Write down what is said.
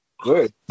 good